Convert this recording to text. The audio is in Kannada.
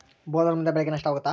ಬೊಲ್ವರ್ಮ್ನಿಂದ ಬೆಳೆಗೆ ನಷ್ಟವಾಗುತ್ತ?